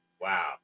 Wow